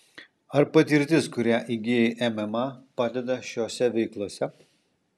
ar patirtis kurią įgijai mma padeda šiose veiklose